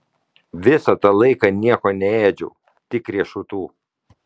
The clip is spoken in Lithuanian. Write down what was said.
visą tą laiką nieko neėdžiau tik riešutų